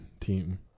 team